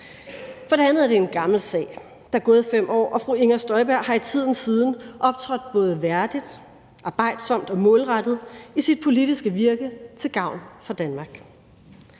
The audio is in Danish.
For det andet er det en gammel sag; der er gået 5 år, og fru Inger Støjberg har i tiden siden optrådt både værdigt, arbejdsomt og målrettet i sit politiske virke til gavn for Danmark.